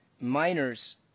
Miners